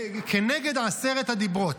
כנגד עשרת הדיברות.